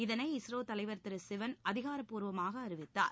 இதனை இஸ்ரோ தலைவர் திரு சிவன் அதிகாரப்பூர்வமாக அறிவித்தார்